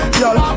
Y'all